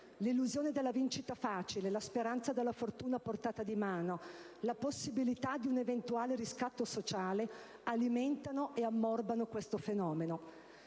L'illusione della vincita facile, la speranza della fortuna a portata di mano, la possibilità di un eventuale riscatto sociale alimentano ed ammorbano questo fenomeno.